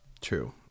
true